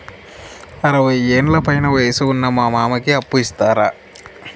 అరవయ్యేండ్ల పైన వయసు ఉన్న మా మామకి అప్పు ఇస్తారా